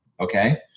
Okay